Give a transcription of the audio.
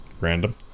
random